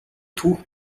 түүх